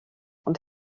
und